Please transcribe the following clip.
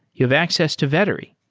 you have access to vettery.